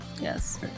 Yes